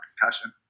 concussion